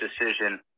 Decision